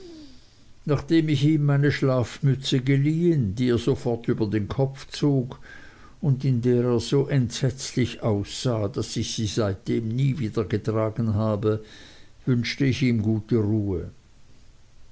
nachdem ich ihm meine schlafmütze geliehen die er sofort über den kopf zog und in der er so entsetzlich aussah daß ich sie seitdem nie wieder getragen habe wünschte ich ihm gute ruhe